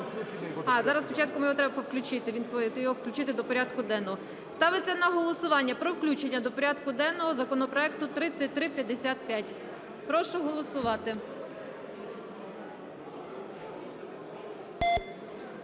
А, зараз спочатку його треба включити до порядку денного. Ставиться на голосування про включення до порядку денного законопроекту 3355. Прошу голосувати.